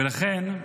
ולכן,